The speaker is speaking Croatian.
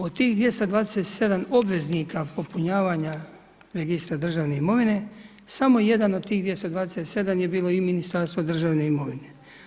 Od tih 227 obveznika popunjavanja registra državne imovine samo jedan od tih 227 je bilo i Ministarstvo državne imovine.